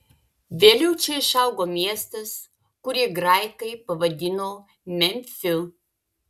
vėliau čia išaugo miestas kurį graikai pavadino memfiu